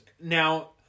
now